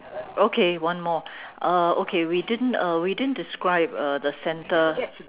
okay one more uh okay we didn't uh we didn't describe uh the center